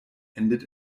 endet